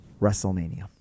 WrestleMania